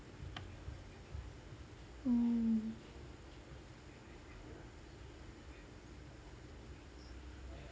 mm